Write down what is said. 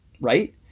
right